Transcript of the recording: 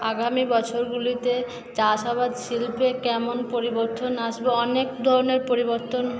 আগামী বছরগুলিতে চাষাবাদ শিল্পে কেমন পরিবর্তন আসবে অনেক ধরণের পরিবর্তন